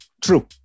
True